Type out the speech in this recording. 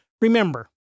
remember